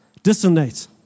Dissonate